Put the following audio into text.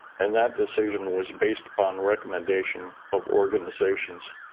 and that decision was based upon recommendation of organizations